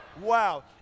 Wow